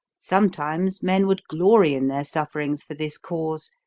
sometimes men would glory in their sufferings for this cause,